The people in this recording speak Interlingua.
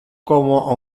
como